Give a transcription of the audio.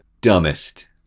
Dumbest